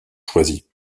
choisi